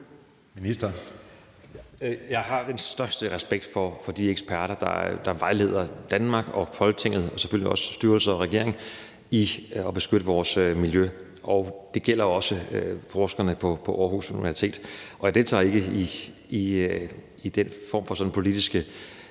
Jeg har den største respekt for de eksperter, der vejleder Danmark og Folketinget og selvfølgelig også styrelser og regering i at beskytte vores miljø, og det gælder også forskerne på Aarhus Universitet. Og jeg deltager ikke i den form for sådan politisk